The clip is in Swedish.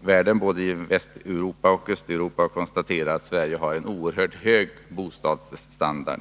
världen — både i Västeeuropa och Östeuropa — att Sverige har en oerhört hög bostadsstandard.